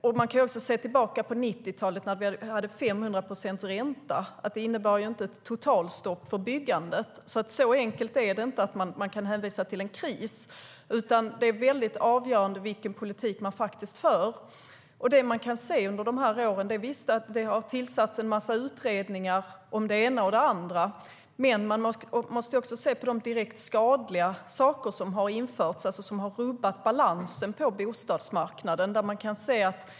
Vi kan också se tillbaka på 90-talet när vi hade 500 procents ränta att det inte innebar ett totalstopp för byggandet. Visst, man kan se att det under de här åren har tillsatts en massa utredningar om det ena och det andra. Men man måste också se de direkt skadliga saker som har införts och som har rubbat balansen på bostadsmarknaden.